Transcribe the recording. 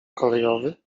kolejowy